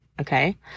Okay